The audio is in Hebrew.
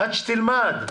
רק שתלמד.